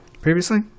previously